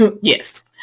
Yes